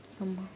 ஆமா:aamaa